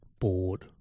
bored